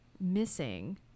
missing